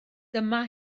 dyma